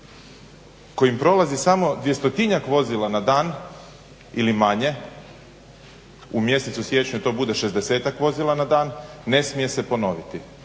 kojim prolazi samo dvjestotinjak vozila na dan ili manje. U mjesecu siječnju to bude 60-tak vozila na dan ne smije se ponoviti.